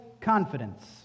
confidence